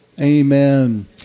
amen